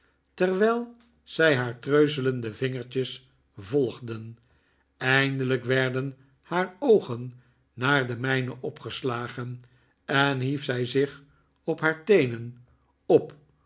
terwijl zij haar treuzelende vingertjes volgden eindelijk werden haar oogen naarde mijne opgeslagen en hief zij zich op haar teenen op